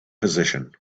position